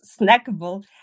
snackable